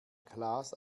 klaas